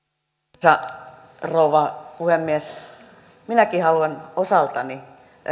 arvoisa rouva puhemies minäkin haluan osaltani